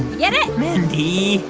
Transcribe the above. get it? mindy.